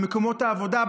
במקומות העבודה,